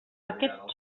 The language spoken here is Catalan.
aquest